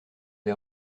des